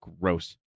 gross